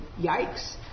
yikes